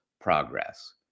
progress